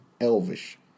elvish